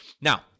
Now